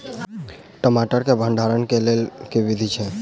टमाटर केँ भण्डारण केँ लेल केँ विधि छैय?